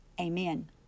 amen